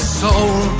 soul